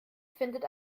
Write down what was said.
findet